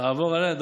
תעבור עליה.